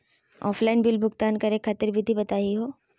Offline bill भुगतान करे खातिर विधि बताही हो?